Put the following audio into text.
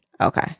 Okay